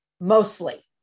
mostly